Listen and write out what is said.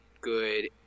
good